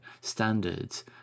standards